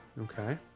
Okay